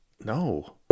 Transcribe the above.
No